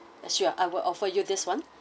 actually I will offer you this one